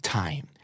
time